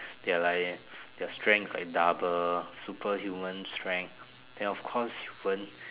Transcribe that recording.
ya lah ya their strengths like double superhumans strength and of course won't